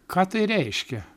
ką tai reiškia